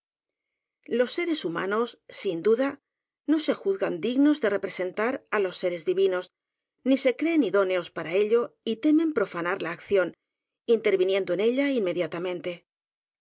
los seres humanos sin duda no se juzgan dig nos de representar á los seres divinos ni se creen idóneos para ello y temen profanar la acción inter viniendo en ella inmediatamente